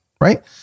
Right